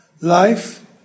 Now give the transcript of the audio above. life